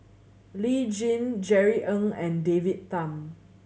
Lee Tjin Jerry Ng and David Tham